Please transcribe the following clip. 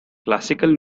classical